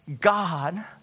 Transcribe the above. God